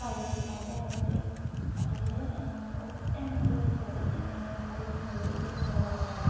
പഴശ്ശിരാജ ആവട്ടെ അതുപോലെ ഒട്ടനവധി ആൾക്കാർ നമ്മുടെ ഈ മണ്ണിൽ ജനിച്ചു വളർന്നതാണ്